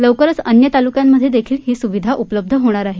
लवकरच अन्य तालुक्यांमध्ये देखील ही सुविधा उपलब्ध होणार आहे